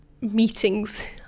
meetings